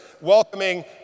welcoming